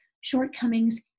shortcomings